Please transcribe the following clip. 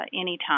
Anytime